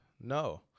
no